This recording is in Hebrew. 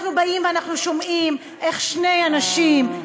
אנחנו באים ואנחנו שומעים איך שני אנשים,